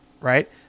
right